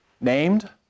named